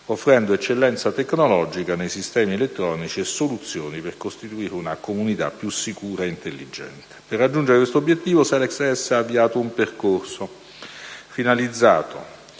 offrendo eccellenza tecnologica nei sistemi elettronici e soluzioni per costituire una «comunità» più sicura e intelligente. Per raggiungere questo obiettivo, Selex ES ha avviato un percorso finalizzato